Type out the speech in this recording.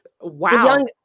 Wow